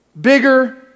Bigger